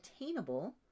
attainable